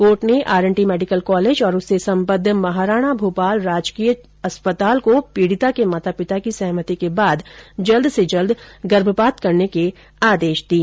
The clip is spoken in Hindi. कोर्ट ने आरएनटी मेडिकल कॉलेज और उससे सम्बद्ध महाराणा भुपाल राजकीय अस्पताल को पीडिता के माता पिता की सहमति के बाद जल्द से जल्द गर्भपात करने के आदेश दिए है